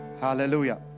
Hallelujah